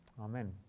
Amen